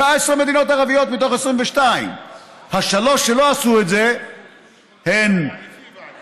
19 מדינות ערביות מתוך 22. השלוש שלא עשו את זה הן לבנון,